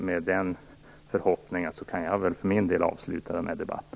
Med den förhoppningen kan jag för min del avsluta den här debatten.